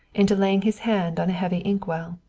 into laying his hand on a heavy inkwell.